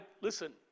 listen